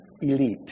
elite